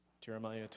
Jeremiah